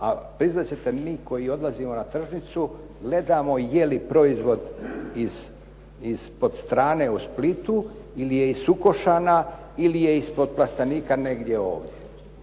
a priznati ćete mi koji odlazimo na tržnicu gledamo je li proizvod iz …/Govornik se ne razumije./… u Splitu ili je iz Sukošana ili je ispod plastenika negdje ovdje.